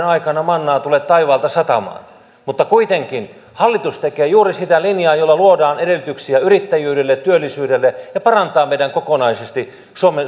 aikana mannaa tule taivaalta satamaan mutta kuitenkin hallitus tekee juuri sitä linjaa jolla luodaan edellytyksiä yrittäjyydelle työllisyydelle ja parantaa kokonaisesti meidän